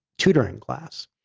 tutoring class.